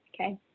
Okay